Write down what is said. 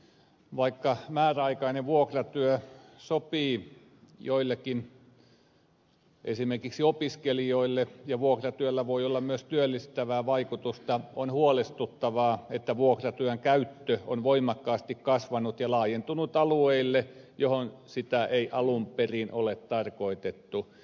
vaikka määräaikainen vuokratyö sopii joillekin esimerkiksi opiskelijoille ja vuokratyöllä voi olla myös työllistävää vaikutusta on huolestuttavaa että vuokratyön käyttö on voimakkaasti kasvanut ja laajentunut alueille joille sitä ei alun perin ole tarkoitettu